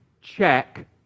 check